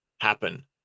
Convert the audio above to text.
happen